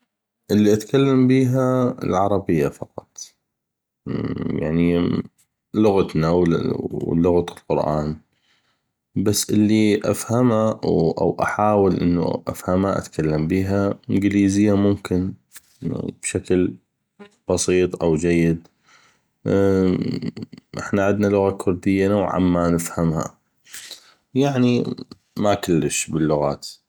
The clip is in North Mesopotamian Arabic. اللي اتكلم بيها العربية فقط يعني لغتنا ولغة القران بس اللي افهمه أو احاول انو افهمه اتكلم بيها الانكليزية ممكن بشكل بسيط أو جيد احنا عدنا لغة الكردية يعني نوعا ما افهمه يعني ما كلش باللغات